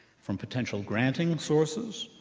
from potential granting sources,